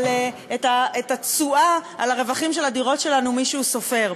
אבל את התשואה על הרווחים של הדירות שלנו מישהו סופר.